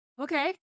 okay